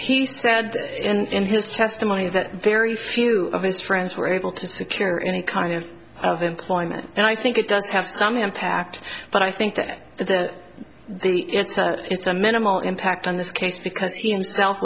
he said in his testimony that very few of his friends were able to secure any kind of employment and i think it does have some impact but i think that the it's a minimal impact on this case because he himself